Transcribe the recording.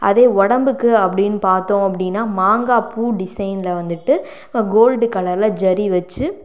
அதே உடம்புக்கு அப்படின்னு பார்த்தோம் அப்படின்னா மாங்கா பூ டிசைனில் வந்துவிட்டு கோல்டு கலரில் ஜரி வச்சு